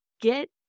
get